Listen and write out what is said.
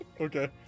Okay